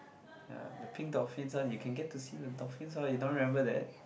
ya the pink dolphins one you can get to see the dolphins orh you don't remember that